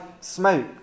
smoke